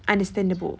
understandable